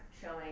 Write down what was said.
showing